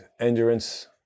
endurance